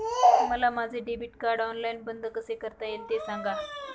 मला माझे debit card online बंद कसे करता येईल, ते सांगा